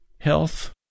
health